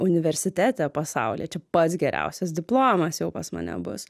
universitete pasaulyje čia pats geriausias diplomas jau pas mane bus